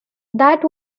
that